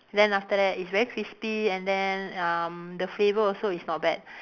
then after that it's very crispy and then um the flavour also it's not bad